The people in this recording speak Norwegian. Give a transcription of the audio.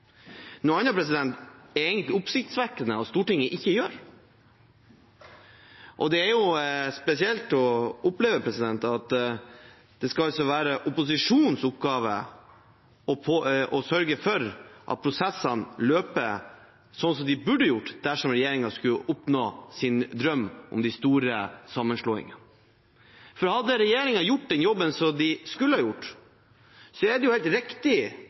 er egentlig oppsiktsvekkende at Stortinget gjør noe annet. Det er spesielt å oppleve at det skal være opposisjonens oppgave å sørge for at prosessene løper slik som de burde gjort dersom regjeringen skulle oppnådd sin drøm om de store sammenslåingene. Hadde regjeringen gjort den jobben som de skulle ha gjort, er det helt riktig